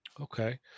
okay